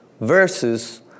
versus